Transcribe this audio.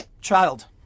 child